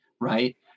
right